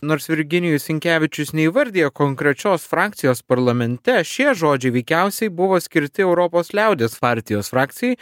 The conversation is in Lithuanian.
nors virginijus sinkevičius neįvardija konkrečios frakcijos parlamente šie žodžiai veikiausiai buvo skirti europos liaudies partijos frakcijai